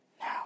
now